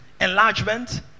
enlargement